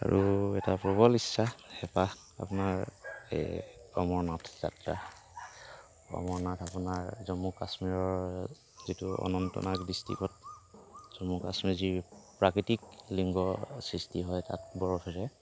আৰু এটা প্ৰবল ইচ্ছা হেঁপাহ আপোনাৰ এই অমৰনাথ যাত্ৰা অমৰনাথ আপোনাৰ জন্মু কাশ্মীৰৰ যিটো অনন্তনাগ ডিষ্ট্ৰিকত জন্মু কাশ্মীৰ যি প্ৰাকৃতিক লিংগ সৃষ্টি হয় তাত বৰফেৰে